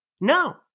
No